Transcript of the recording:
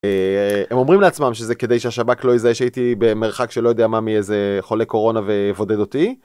הם אומרים לעצמם שזה כדי שהשב״כ לא יזהה שהייתי במרחק שלא יודע מה מאיזה חולה קורונה ויבודד אותי.